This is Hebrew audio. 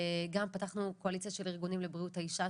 גם פתחנו קואליציה של ארגונים לבריאות האישה,